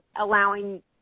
allowing